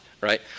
right